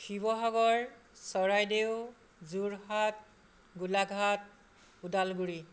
Sivasagar Charaideo Jorhat Golaghat Udalguri